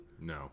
No